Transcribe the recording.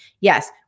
yes